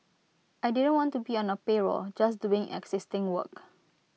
I didn't want to be on A payroll just doing existing work